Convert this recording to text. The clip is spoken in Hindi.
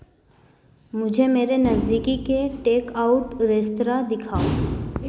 मुझे मेरे नज़दीक के टेक आउट रेस्तरा दिखाओ